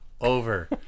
over